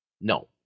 No